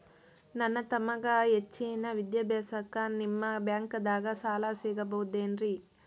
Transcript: ನನ್ನ ತಮ್ಮಗ ಹೆಚ್ಚಿನ ವಿದ್ಯಾಭ್ಯಾಸಕ್ಕ ನಿಮ್ಮ ಬ್ಯಾಂಕ್ ದಾಗ ಸಾಲ ಸಿಗಬಹುದೇನ್ರಿ?